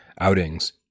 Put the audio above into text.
outings